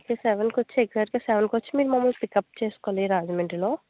okay సెవెన్కి వచ్చి exact సెవెన్కి వచ్చి మీరు మమ్మల్ని పికప్ చేసుకోవాలి రాజమండ్రిలో